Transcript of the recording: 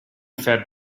fed